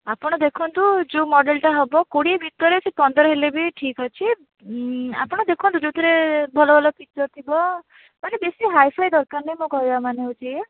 ଆପଣ ଦେଖନ୍ତୁ ଯେଉଁ ମଡ଼େଲ୍ଟା ହେବ କୋଡ଼ିଏ ଭିତରେ ସେ ପନ୍ଦର ହେଲେ ବି ଠିକ୍ ଅଛି ଆପଣ ଦେଖନ୍ତୁ ଯେଉଁଥିରେ ଭଲ ଭଲ ଫିଚର୍ ଥିବ ମାନେ ବେଶୀ ହାଇଫାଇ ଦରକାର ନାହିଁ ମୋ କହିବା ମାନେ ହେଉଛି ଏଇଆ